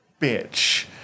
bitch